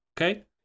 Okay